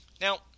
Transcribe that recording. Now